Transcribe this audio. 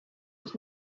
was